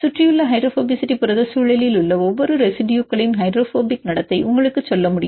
சுற்றியுள்ள ஹைட்ரோபோபசிட்டி புரத சூழலில் உள்ள ஒவ்வொரு ரெசிடுயுகளின் ஹைட்ரோபோபிக் நடத்தை உங்களுக்கு சொல்ல முடியும்